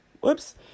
Whoops